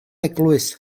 eglwys